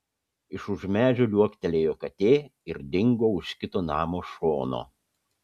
iš už medžio liuoktelėjo katė ir dingo už kito namo šono